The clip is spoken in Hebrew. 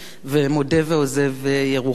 ומודה ועוזב ירוחם.